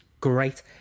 great